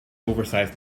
oversized